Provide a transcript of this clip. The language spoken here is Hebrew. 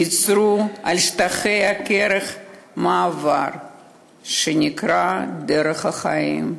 יצרו על משטחי הקרח מעבר שנקרא "דרך החיים".